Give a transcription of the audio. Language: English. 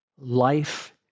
Life